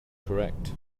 correct